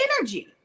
energy